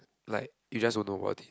like you just don't know about it